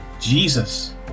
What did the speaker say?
Jesus